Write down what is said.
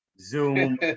zoom